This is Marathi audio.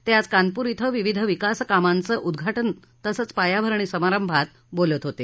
ते आज कानपूर बिं विविध विकास कामांचं उद्घाटन तसंच पायाभरणी समारभात बोलत होते